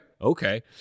okay